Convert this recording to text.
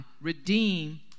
redeem